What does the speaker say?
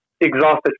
exhausted